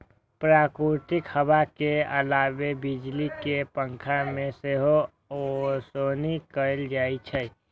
प्राकृतिक हवा के अलावे बिजली के पंखा से सेहो ओसौनी कैल जाइ छै